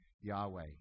Yahweh